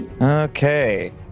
Okay